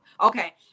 okay